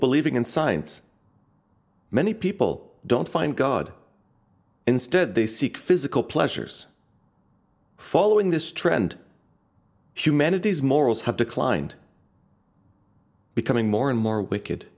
believing in science many people don't find god instead they seek physical pleasures following this trend humanity's morals have declined becoming more and more wicked